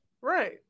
Right